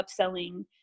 upselling